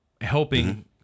helping